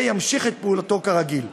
וימשיך את פעילותו כרגיל.